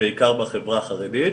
בעיקר בחברה החרדית.